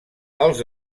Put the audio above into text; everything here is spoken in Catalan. els